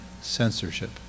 censorship